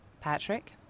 Patrick